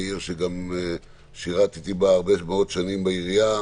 בעיר ששירתי בה הרבה מאוד שנים בעירייה,